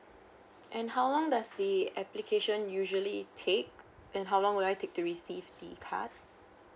and how long does the application usually take and how long would I take to receive the card